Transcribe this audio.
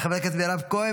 של חברת הכנסת מירב כהן,